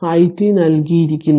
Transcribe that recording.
it നൽകിയിരിക്കുന്നു